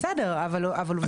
בסדר, אבל עובדה.